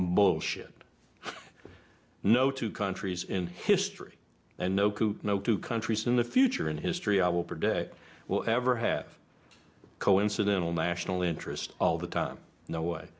mole shit no two countries in history and no coup no two countries in the future in history i will predict will ever have coincidental national interest all the time no way